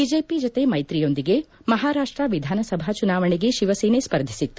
BJP ಜತೆ ಮೈತ್ರಿಯೊಂದಿಗೆ ಮಹಾರಾಷ್ಟ ವಿಧಾನಸಭಾ ಚುನಾವಣೆಗೆ ಶಿವಸೇನೆ ಸ್ಪರ್ಧಿಸಿತ್ತು